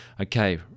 Okay